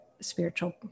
spiritual